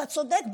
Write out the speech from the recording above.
אתה צודק,